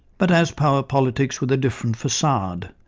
but as power politics with a different facade,